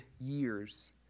years